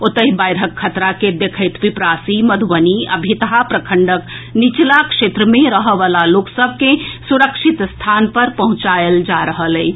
ओतहि बाढ़िक खतरा के देखैत पिपरासी मधुबनी आ भितहा प्रखंडक निचला क्षेत्र मे रहए वला लोक सभ के सुरक्षित स्थान पर पहुंचाएल जा रहल अछि